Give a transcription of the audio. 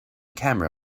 camera